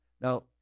Now